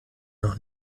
noch